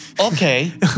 Okay